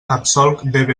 absolc